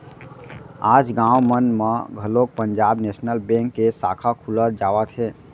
आज गाँव मन म घलोक पंजाब नेसनल बेंक के साखा खुलत जावत हे